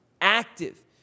active